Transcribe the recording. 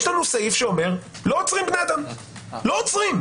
יש לנו סעיף שאומר: לא עוצרים בני אדם, לא עוצרים.